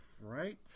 right